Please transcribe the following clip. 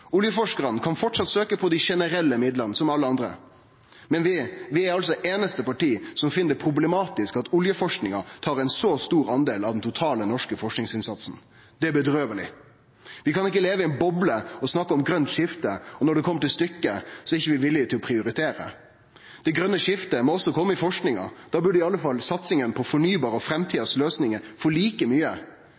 Oljeforskarane kan framleis søkje på dei generelle midlane som alle andre, men vi er altså det einaste partiet som finn det problematisk at oljeforskinga tar ein så stor del av den totale norske forskingsinnsatsen. Det er bedrøveleg. Vi kan ikkje leve i ei boble og snakke om grønt skifte, og når det kjem til stykket, er vi ikkje villige til å prioritere. Det grøne skiftet må også kome i forskinga. Da burde i alle fall satsinga på fornybart og framtidas løysingar få like